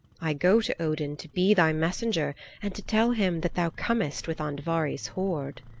i go to odin to be thy messenger and to tell him that thou comest with andvari's hoard.